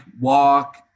walk